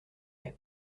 paix